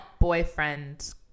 boyfriend